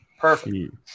Perfect